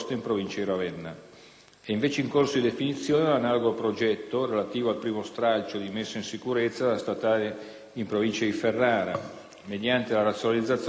invece in corso di definizione l'analogo progetto relativo al primo stralcio di messa in sicurezza della statale in Provincia di Ferrara, mediante la razionalizzazione delle intersezioni,